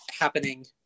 happening